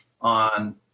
on